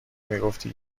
میگفتی